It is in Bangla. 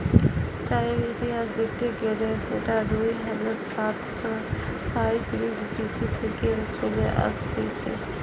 চায়ের ইতিহাস দেখতে গেলে সেটা দুই হাজার সাতশ সাইতিরিশ বি.সি থেকে চলে আসতিছে